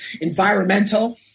environmental